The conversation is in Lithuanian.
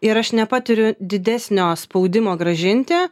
ir aš nepatiriu didesnio spaudimo grąžinti